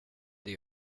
det